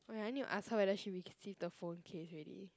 oh ya I need to ask her whether she receive the phone case already